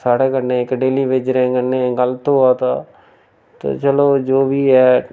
साढ़े कन्नै इक डेल्ली बेजरें कन्नै गल्त होआ दा ते चलो जो बी है